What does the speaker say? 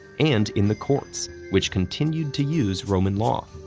and in the courts, which continued to use roman law.